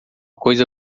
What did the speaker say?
coisa